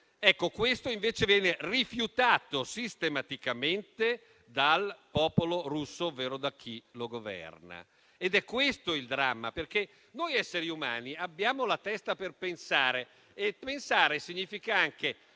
Questo invece viene rifiutato sistematicamente dal popolo russo, ovvero da chi lo governa. Ed è questo il dramma. Noi esseri umani, infatti, abbiamo la testa per pensare e pensare significa anche